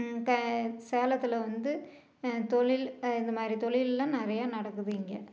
க சேலத்தில் வந்து தொழில் இந்த மாதிரி தொழில் எல்லாம் நிறைய நடக்குது இங்கே